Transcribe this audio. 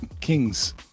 Kings